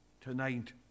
tonight